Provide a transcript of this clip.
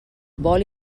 vol